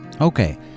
Okay